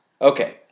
Okay